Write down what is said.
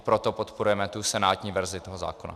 Proto podporujeme senátní verzi zákona.